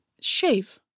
shave